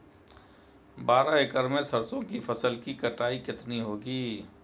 बारह एकड़ में सरसों की फसल की कटाई कितनी होगी?